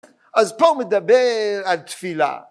אז פה מדבר על תפילה